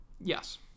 Yes